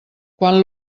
quan